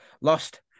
Lost